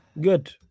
good